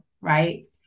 Right